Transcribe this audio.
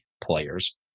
players